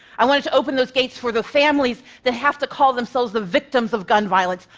i wanted to open those gates for the families that have to call themselves the victims of gun violence.